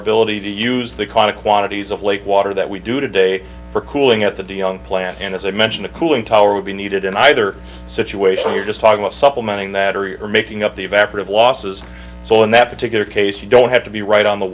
ability to use the kind of quantities of lake water that we do today for cooling at the de young plant and as i mentioned a cooling tower would be needed in either situation you're just talking about supplementing that or you are mixing up the of effort of losses so in that particular case you don't have to be right on the